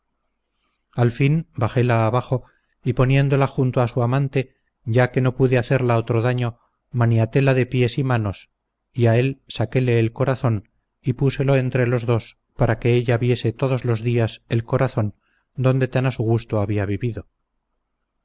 al fin bajéla abajo y poniéndola junto a su amante ya que no pude hacerla otro daño maniatéla de pies y manos y a él saquéle el corazón y púselo entre los dos para que ella viese todos los días el corazón donde tan a su gusto había vivido